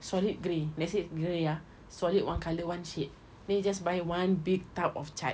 solid grey let's say grey ah solid one colour one shade then you just buy one big tub of cat